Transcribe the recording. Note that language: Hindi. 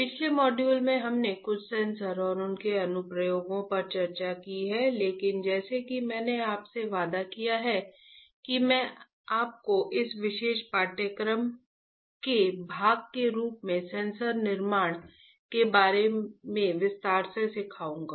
पिछले मॉड्यूल में हमने कुछ सेंसर और उनके अनुप्रयोगों पर चर्चा की है लेकिन जैसा कि मैंने आपसे वादा किया है कि मैं आपको इस विशेष पाठ्यक्रम के भाग के रूप में सेंसर निर्माण के बारे में विस्तार से सिखाऊंगा